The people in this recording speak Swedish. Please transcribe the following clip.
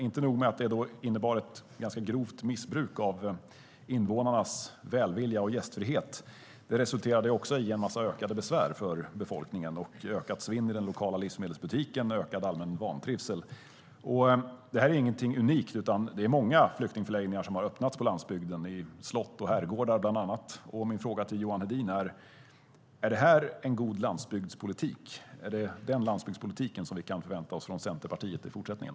Inte nog med att det innebar ett ganska grovt missbruk av invånarnas välvilja och gästfrihet, utan det resulterade också i en massa ökade besvär för befolkningen, ökat svinn i den lokala livsmedelsbutiken och ökad allmän vantrivsel. Det är inget unikt, utan det är många flyktingförläggningar som har öppnats på landsbygden, bland annat i slott och herrgårdar. Min fråga till Johan Hedin är: Är detta en god landsbygdspolitik? Är det den landsbygdspolitiken vi kan förvänta oss från Centerpartiet i fortsättningen?